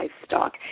livestock